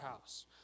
house